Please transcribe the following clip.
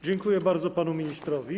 Dziękuję bardzo panu ministrowi.